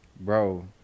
Bro